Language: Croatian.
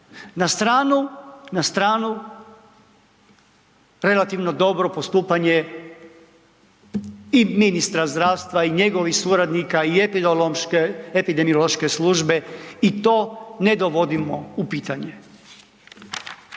na stranu relativno dobro postupanje i ministra zdravstva i njegovih suradnika i epidemiološke službe i to ne dovodimo u pitanje.